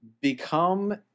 become